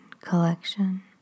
collection